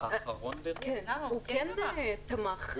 הוא כן תמך.